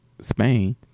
Spain